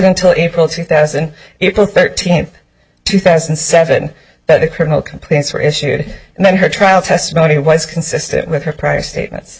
until april two thousand and thirteen two thousand and seven that the criminal complaints were issued and then her trial testimony was consistent with her prior statements